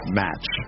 match